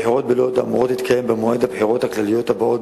הבחירות בלוד אמורות להתקיים במועד הבחירות הכלליות הבאות,